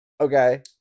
Okay